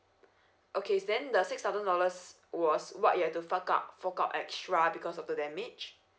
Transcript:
okay then the six thousand dollars was what you have to fuck out fork out extra because of the damage